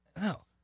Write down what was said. No